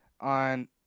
on